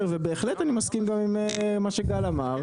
ובהחלט אני מסכים גם עם מה שגל אמר,